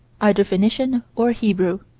either phoenecian or hebrew.